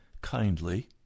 kindly